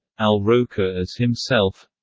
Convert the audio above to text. al roker as himself